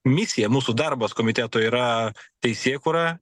misija mūsų darbas komiteto yra teisėkūra